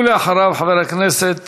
ואחריו, חבר הכנסת